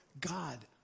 God